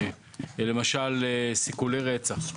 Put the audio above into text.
לדוגמה סיכולי רצח,